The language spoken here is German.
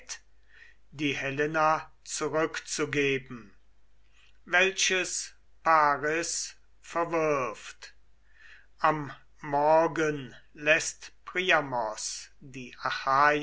die helena zurückzugeben welches paris verwirft am morgen läßt priamos die